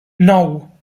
nou